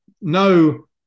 no